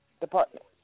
department